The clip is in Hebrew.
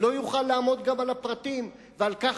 לא יוכל לעמוד גם על הפרטים ועל כך